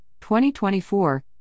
2024